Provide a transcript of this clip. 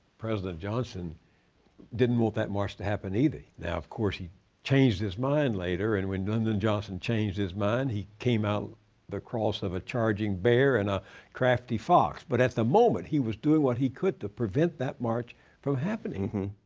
president johnson didn't want that march to happen either. now, of course, he changed his mind later. and when lyndon and johnson changed his mind, he came out the cross of a charging bear and a crafty fox. but at the moment, he was doing what he could to prevent that march from happening.